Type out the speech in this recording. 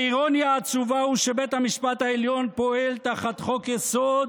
האירוניה העצובה היא שבית המשפט העליון פועל תחת חוק-יסוד